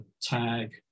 tag